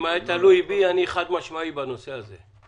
היה תלוי בי, אני חד משמעי בנושא הזה.